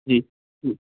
जी हूं